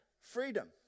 freedom